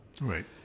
Right